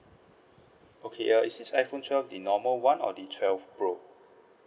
okay err it is iPhone twelve the normal [one] or the twelve pro